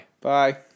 Bye